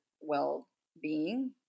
well-being